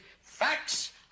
facts